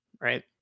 right